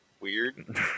weird